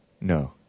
No